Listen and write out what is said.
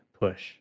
push